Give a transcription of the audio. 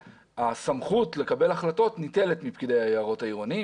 הסמכות לקבל החלטות ניטלת מפקידי היערות העירוניים.